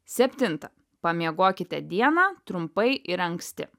septinta pamiegokite dieną trumpai ir anksti